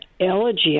Elegy